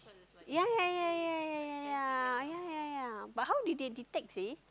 ya ya ya ya ya ya ya ya ya ya but how did they detect say